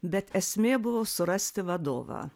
bet esmė buvo surasti vadovą